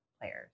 players